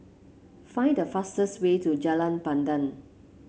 find the fastest way to Jalan Pandan